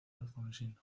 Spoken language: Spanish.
alfonsín